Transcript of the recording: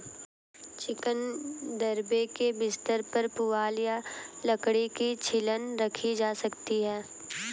chicken दड़बे के बिस्तर पर पुआल या लकड़ी की छीलन रखी जा सकती है